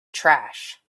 trash